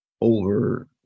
over